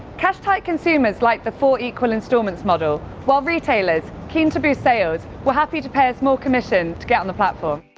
cash-tight consumers liked the four equal installments model, while retailers, keen to boost sales, were happy to pay a small commission to get on the platform.